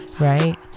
Right